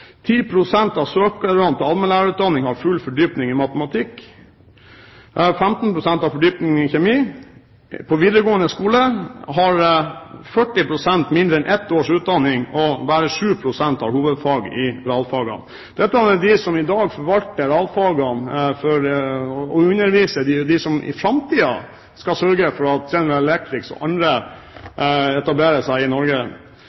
pst. av søkerne til allmennlærerutdanningen har full fordypning i matematikk, og 15 pst. har fordypning i kjemi. På videregående skole har 40 pst. mindre enn ett års utdanning, og bare 7 pst. har hovedfag i realfagene. Dette er de som i dag forvalter realfagene, og som underviser de som i framtiden skal sørge for at General Electric og andre etablerer seg i Norge.